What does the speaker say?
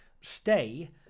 stay